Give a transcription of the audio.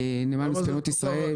לנמל מספנות ישראל,